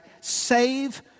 save